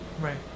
Right